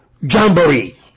Jamboree